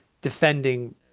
defending